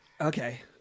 Okay